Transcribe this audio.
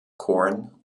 corn